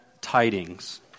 tidings